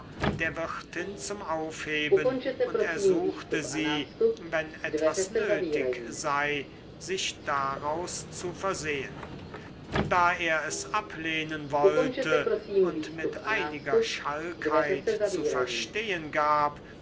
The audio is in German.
der wirtin zum aufheben und ersuchte sie wenn etwas nötig sei sich daraus zu versehen da er es ablehnen wollte und mit einiger schalkheit zu verstehen gab